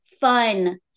fun